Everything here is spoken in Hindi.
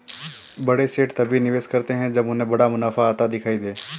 बड़े सेठ तभी निवेश करते हैं जब उन्हें बड़ा मुनाफा आता दिखाई दे